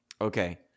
okay